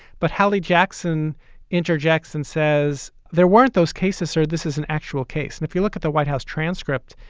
but halley jackson interjects and says there weren't those cases, sir. this is an actual case. and if you look at the white house transcript,